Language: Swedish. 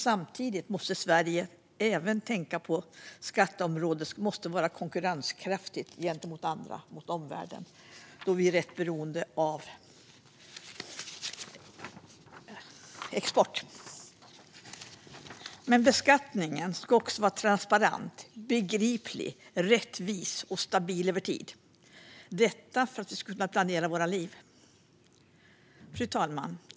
Samtidigt måste Sverige tänka på att vara konkurrenskraftigt på skatteområdet gentemot andra - mot omvärlden - då vi är rätt beroende av export. Beskattningen ska också vara transparent, begriplig, rättvis och stabil över tid, detta för att vi ska kunna planera våra liv. Fru talman!